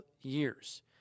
years